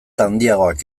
handiagoak